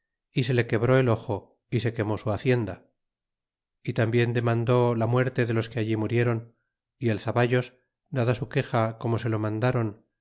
y se le quebré el ojo y se quemó su hacienda y tarnbien demandó demandó la muerte de los que allí murióron y el zavallos dada su quexa como se lo mandáron